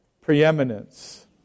preeminence